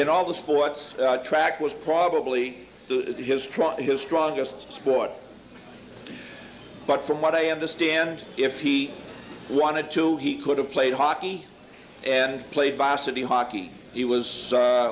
in all the sports track was probably his truck his strongest sport but from what i understand if he wanted to he could have played hockey and played by city hockey he was